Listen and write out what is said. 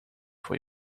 voor